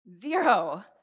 Zero